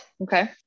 Okay